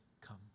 come